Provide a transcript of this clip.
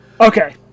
Okay